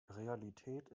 realität